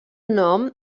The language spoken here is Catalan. nom